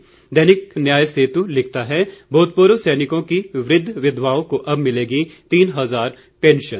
जबकि दैनिक न्याय सेतु का कहना है भूतपूर्व सैनिकों की वृद्ध विधवाओं को अब मिलेगी तीन हजार पेंशन